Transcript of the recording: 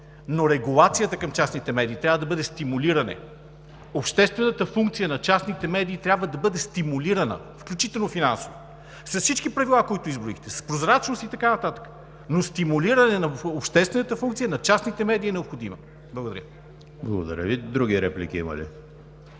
но регулацията към частните медии трябва да бъде стимулиране. Обществената функция на частните медии трябва да бъде стимулирана, включително финансово, с всички правила, които изброихте – с прозрачност и така нататък. Но стимулиране на обществената функция на частните медии е необходима. Благодаря. ПРЕДСЕДАТЕЛ ЕМИЛ ХРИСТОВ: Благодаря Ви. Други реплики има ли?